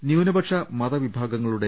ന്യൂനപക്ഷമതവിഭാഗങ്ങളുടെ